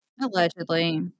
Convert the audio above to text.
Allegedly